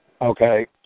Okay